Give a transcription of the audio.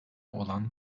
olan